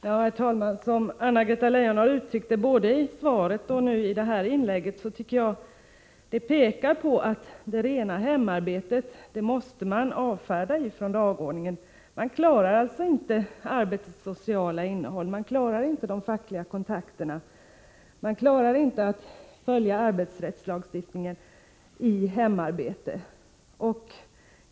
Herr talman! Anna-Greta Leijons yttranden både i svaret och i det senaste inlägget vittnar om att det rena hemarbetet måste avfärdas från dagordningen. Det går inte att lösa problemen med arbetets sociala innehåll, fackliga kontakter och arbetsrättslagstiftning i hemarbete.